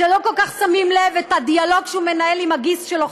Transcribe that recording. ולא כל כך שמים לב לדיאלוג שהוא מנהל עם הגיס שלו,